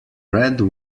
red